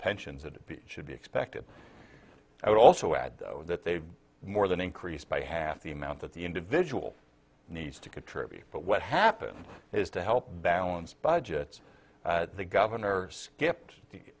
pensions that should be expected i would also add that they have more than increased by half the amount that the individual needs to contribute but what happens is to help balance budgets the governor skipped the